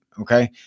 Okay